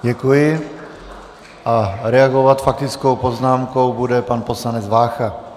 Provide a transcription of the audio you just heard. Děkuji a reagovat faktickou poznámkou bude pan poslanec Vácha.